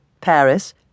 Paris